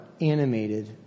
animated